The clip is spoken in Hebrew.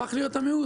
הפך להיות המיעוט.